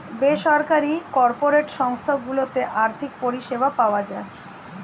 বেসরকারি কর্পোরেট সংস্থা গুলোতে আর্থিক পরিষেবা পাওয়া যায়